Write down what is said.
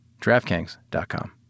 DraftKings.com